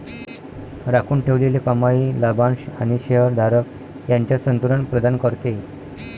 राखून ठेवलेली कमाई लाभांश आणि शेअर धारक यांच्यात संतुलन प्रदान करते